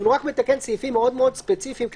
רק מתקן סעיפים מאוד ספציפיים קטנים.